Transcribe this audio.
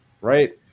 Right